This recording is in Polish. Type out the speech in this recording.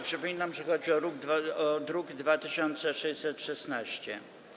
Przypominam, że chodzi o druk nr 2616.